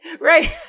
Right